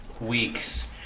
weeks